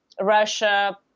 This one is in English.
Russia